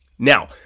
Now